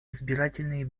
избирательные